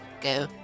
go